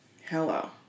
Hello